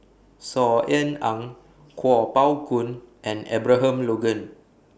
Saw Ean Ang Kuo Pao Kun and Abraham Logan